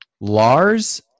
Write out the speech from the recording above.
Lars